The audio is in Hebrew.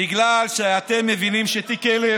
בגלל שאתם מבינים שתיק 1000,